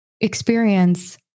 experience